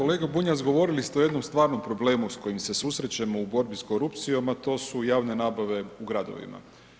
Kolega Bunjac, govorili ste o jednom stvarnom problemu s kojim se susrećemo u borbi s korupcijom, a to su javne nabave u gradovima.